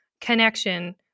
connection